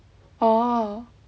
oh